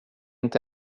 inte